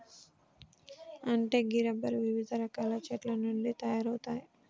అంటే గీ రబ్బరు వివిధ రకాల చెట్ల నుండి తయారవుతాయి